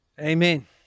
Amen